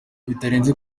bitarenze